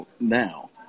now